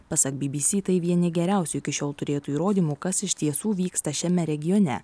pasak bbc tai vieni geriausių iki šiol turėtų įrodymų kas iš tiesų vyksta šiame regione